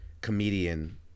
comedian